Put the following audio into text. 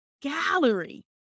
gallery